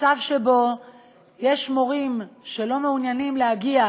מכיוון שאני מתנגד לכל סוג של